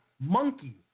monkey